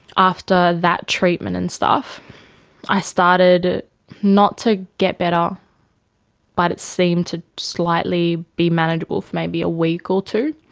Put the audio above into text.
after that treatment and stuff i started not to get better but it seemed to slightly be manageable for maybe a week or two.